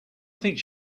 think